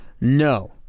No